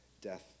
death